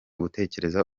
gutekereza